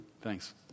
Thanks